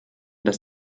dass